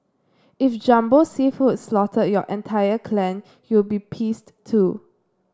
if Jumbo Seafood slaughtered your entire clan you'll be pissed too